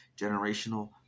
generational